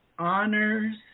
honors